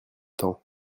temps